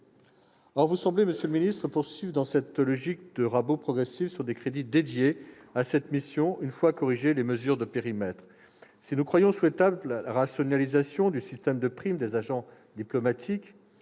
Or vous semblez, monsieur le ministre, poursuivre la mise en oeuvre de cette logique de rabotage progressif des crédits dédiés à cette mission, une fois corrigés des mesures de périmètre. Si nous croyons souhaitable la rationalisation du système de primes des agents diplomatiques,